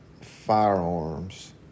firearms